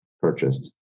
purchased